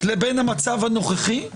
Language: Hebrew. לבין המצב הנוכחי,